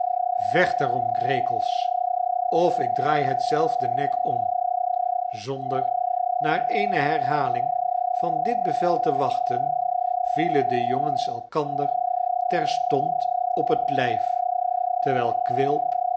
vecht er om rekels of ik draai het zelf den nek om zonder naar eene herhaling van dit bevel te wachten vielen de jongens elkander terstond op het hjf terwijl quilp